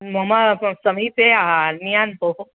मम समीपे अन्यान् बहु